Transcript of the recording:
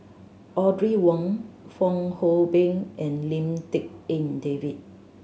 Audrey Wong Fong Hoe Beng and Lim Tik En David